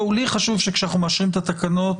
- לי חשוב כשאנחנו מאשרים את התקנות,